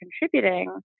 contributing